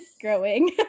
growing